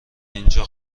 اینجا